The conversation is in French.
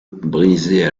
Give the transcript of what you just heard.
brisée